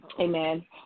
Amen